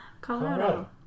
Colorado